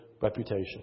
reputation